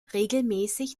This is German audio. regelmäßig